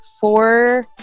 four